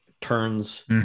turns